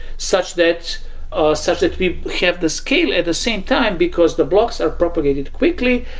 such that ah such that we have the scale at the same time, because the blocks are propagated quickly.